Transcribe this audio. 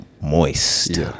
moist